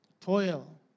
toil